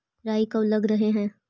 राई कब लग रहे है?